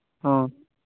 ᱦᱚᱸ